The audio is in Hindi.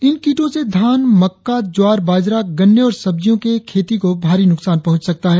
इन कीटों से धान मक्का ज्वार बाजरा गन्ने और सब्जियों के खेतों को भारी नुकसान पहुंच सकता है